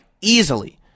easily